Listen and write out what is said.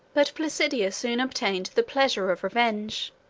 but placidia soon obtained the pleasure of revenge,